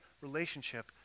relationship